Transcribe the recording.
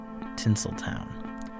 Tinseltown